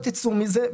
אתם לא תצאו מזה.